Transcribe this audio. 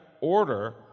order